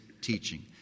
teaching